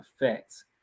effects